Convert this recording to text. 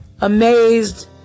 amazed